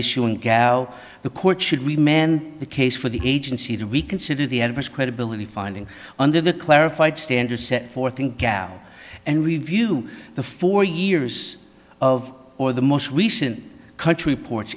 issue in gal the court should we men the case for the agency to reconsider the adverse credibility finding under the clarified standards set forth in cow and review the four years of or the most recent country ports